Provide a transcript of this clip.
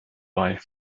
bei